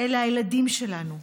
אלה הילדים שלנו,